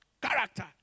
character